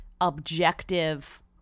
objective